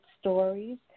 stories